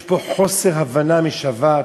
יש פה חוסר הבנה משווע,